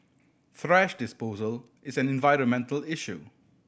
thrash disposal is an environmental issue